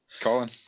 Colin